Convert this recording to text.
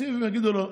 בתקציב הם יגידו לו: